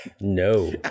no